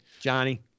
Johnny